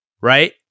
right